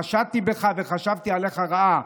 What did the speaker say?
חשדתי בך וחשבתי עליך רעה.